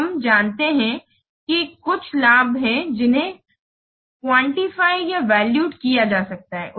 तो हम जानते हैं कि कुछ लाभ हैं जिन्हें क्वान्टिफिएड और वैल्यूड किया जा सकता है